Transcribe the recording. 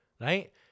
Right